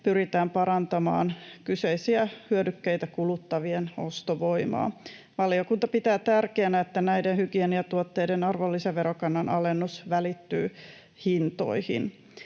pyritään parantamaan kyseisiä hyödykkeitä kuluttavien ostovoimaa. Valiokunta pitää tärkeänä, että näiden hygieniatuotteiden arvonlisäverokannan alennus välittyy hintoihin.